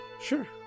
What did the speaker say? Sure